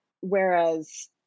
whereas